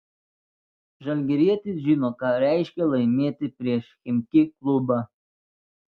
žalgirietis žino ką reiškia laimėti prieš chimki klubą